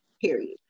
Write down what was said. Period